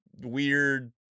weird